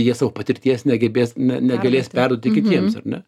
jie savo patirties negebės negalės perduoti kitiems ar ne